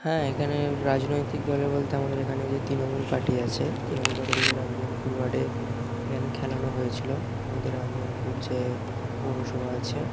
হ্যাঁ এখানে রাজনৈতিক দলে বলতে আমাদের এখানে যে তৃণমূল পার্টি আছে তৃণমূল পার্টি থেকে রামজীবনপুর ওয়ার্ডে এখানে খেলানো হয়েছিল আমাদের রামজীবনপুর যে পৌরসভা আছে